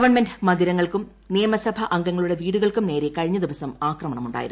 government മന്ദിരങ്ങൾക്കും നിയമസഭാംഗങ്ങളുടെ വീടുകൾക്കും നേരെ കഴിഞ്ഞ ദിവസം ആക്രമണം ഉണ്ടായിരുന്നു